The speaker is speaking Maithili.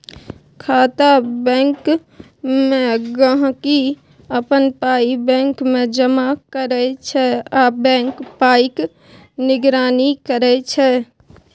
खाता बैंकमे गांहिकी अपन पाइ बैंकमे जमा करै छै आ बैंक पाइक निगरानी करै छै